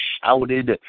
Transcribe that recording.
shouted